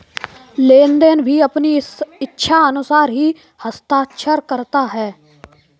लेनदार भी अपनी इच्छानुसार ही हस्ताक्षर करता है